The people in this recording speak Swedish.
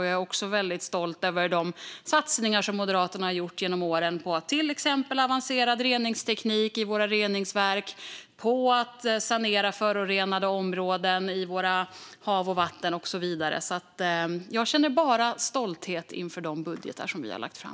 Jag är också väldigt stolt över de satsningar som Moderaterna genom åren har gjort på till exempel avancerad reningsteknik i våra reningsverk och på att sanera förorenade områden i våra hav och vatten och så vidare. Jag känner alltså bara stolthet över de budgetar vi har lagt fram.